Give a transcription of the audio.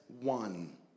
one